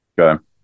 Okay